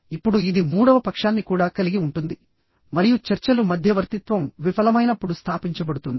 ఇప్పుడు ఇది మూడవ పక్షాన్ని కూడా కలిగి ఉంటుంది మరియు చర్చలు మధ్యవర్తిత్వం విఫలమైనప్పుడు స్థాపించబడుతుంది